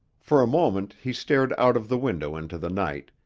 for a moment he stared out of the window into the night,